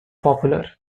popular